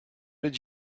did